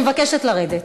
אני מבקשת לרדת.